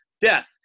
Death